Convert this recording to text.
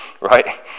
right